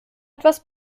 etwas